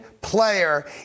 player